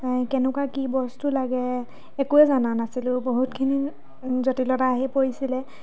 কেনেকুৱা কি বস্তু লাগে একোৱে জানা নাছিলোঁ বহুতখিনি জটিলতা আহি পৰিছিলে